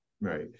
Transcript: Right